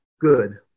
good